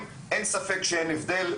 אין ספק שאין הבדל,